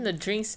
mmhmm